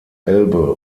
elbe